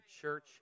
church